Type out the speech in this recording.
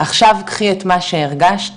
עכשיו קחי את מה שהרגשת